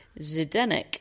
Zdenek